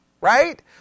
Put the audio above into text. right